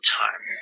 time